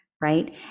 right